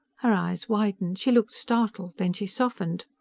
her eyes widened. she looked startled. then she softened.